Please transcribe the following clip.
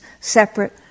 separate